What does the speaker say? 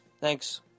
thanks